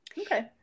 Okay